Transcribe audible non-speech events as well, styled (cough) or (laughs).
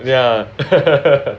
yeah (laughs)